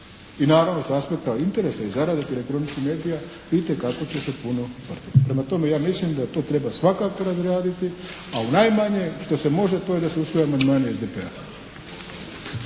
I naravno s aspekta interesa i zarade tih elektroničkih medija itekako će se puno vrtiti. Prema tome ja mislim da to treba svakako razraditi a najmanje što se može to je da se usvoje amandmani SDP-a.